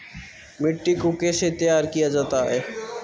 मिट्टी को कैसे तैयार किया जाता है?